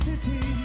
City